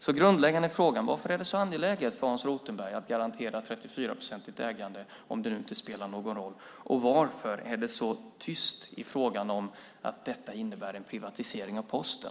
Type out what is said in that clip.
De grundläggande frågorna är: Varför är det så angeläget för Hans Rothenberg att garantera ett 34-procentigt ägande om det nu inte spelar någon roll? Varför är det så tyst i frågan om att detta innebär en privatisering av Posten?